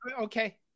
Okay